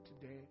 today